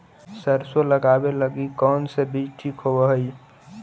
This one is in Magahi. सरसों लगावे लगी कौन से बीज ठीक होव हई?